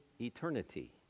eternity